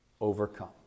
overcome